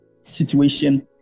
situation